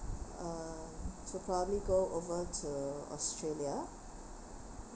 uh to probably go over to australia